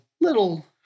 little